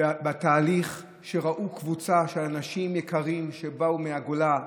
תהליך שבו קבוצה של אנשים יקרים שבאו מהגולה,